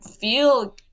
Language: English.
feel